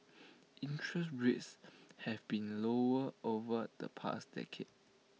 interest rates have been lower over the past decade